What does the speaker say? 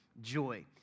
joy